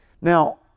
Now